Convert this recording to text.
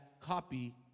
copy